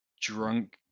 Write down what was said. drunk